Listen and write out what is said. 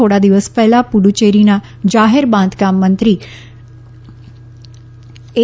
થોડા દિવસ પહેલા પુર્ફચેરીના જાહેર બાંધકામમંત્રી એ